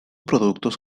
productos